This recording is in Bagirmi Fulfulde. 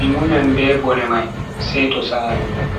Mi muyan be bone mai seto saali